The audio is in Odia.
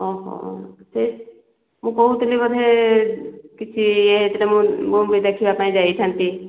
ଓହୋଃ ସେ ମୁଁ କହୁଥିଲି ବୋଧେ କିଛି ଇଏ ହୋଇଥିଲେ ମୁଁ ମୁଁ ବି ଦେଖିବା ପାଇଁ ଯାଇଥାନ୍ତି